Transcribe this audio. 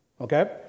okay